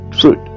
fruit